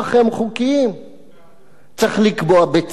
צריך לקבוע בצו את שטח השיפוט של כל יישוב,